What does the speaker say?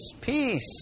peace